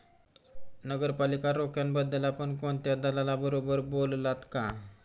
नगरपालिका रोख्यांबद्दल आपण कोणत्या दलालाबरोबर बोललात का?